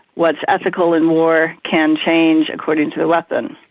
what's ethical in war can change according to the weapon.